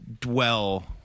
dwell